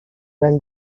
when